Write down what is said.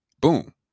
Boom